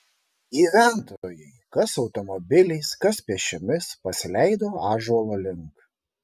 gyventojai kas automobiliais kas pėsčiomis pasileido ąžuolo link